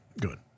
good